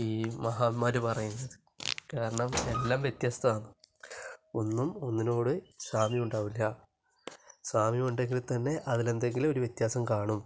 ഈ മഹാന്മാര് പറയുന്നത് കാരണം എല്ലാം വ്യത്യസ്തമാണ് ഒന്നും ഒന്നിനോട് സാമ്യം ഉണ്ടാകില്ല സാമ്യമുണ്ടെങ്കിൽ തന്നെ അതിലെന്തെങ്കിലും ഒരു വ്യത്യാസം കാണും